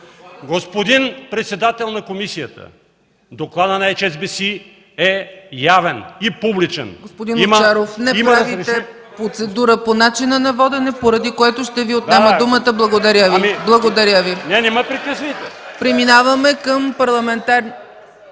Господин председател на комисията, докладът на „Ейч Ес Би Си” е явен и публичен.